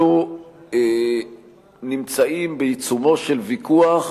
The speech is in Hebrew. אנחנו נמצאים בעיצומו של ויכוח,